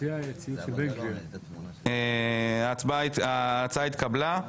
הצבעה נתקבלה אם כך, ההצעה התקבלה פה